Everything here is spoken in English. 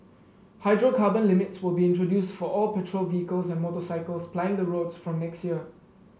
hydrocarbon limits will be introduced for all petrol vehicles and motorcycles plying the roads from next year